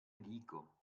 dico